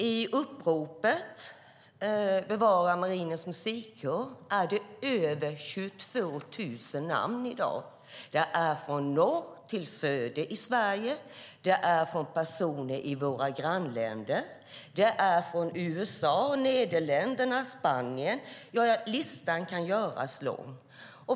I uppropet Bevara Marinens Musikkår är det över 22 000 namn i dag från norr till söder i Sverige, från personer i våra grannländer, från USA, Nederländerna och Spanien. Listan kan göras lång.